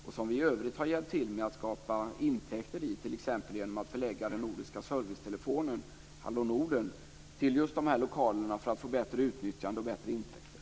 Vi har för övrigt hjälpt till att skapa intäkter till verksamheten, t.ex. genom att förlägga den nordiska servicetelefonen Hallå Norden till just dessa lokaler för att få bättre utnyttjande och bättre intäkter.